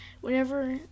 whenever